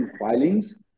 filings